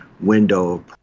window